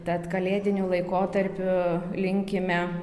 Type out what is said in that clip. tad kalėdiniu laikotarpiu linkime